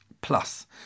Plus